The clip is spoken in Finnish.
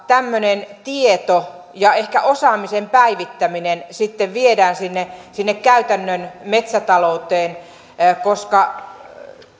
tämmöinen tieto ja ehkä osaamisen päivittäminen sitten viedään sinne sinne käytännön metsätalouteen